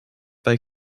bei